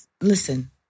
listen